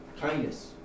kindness